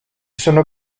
sono